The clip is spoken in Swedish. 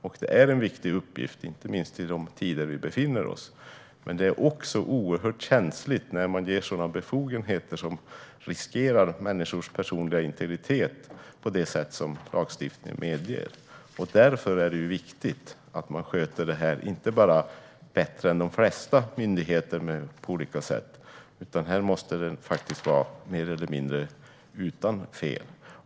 och det är en viktig uppgift, inte minst i de tider vi befinner oss i. Men det är oerhört känsligt när befogenheter ges som riskerar människors personliga integritet på det sätt som lagstiftningen medger. Därför är det viktigt att man sköter detta inte bara bättre än de flesta myndigheter utan mer eller mindre utan fel.